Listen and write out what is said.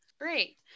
Great